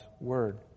word